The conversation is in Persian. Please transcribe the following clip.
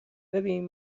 ببین